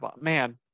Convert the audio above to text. Man